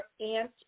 aunt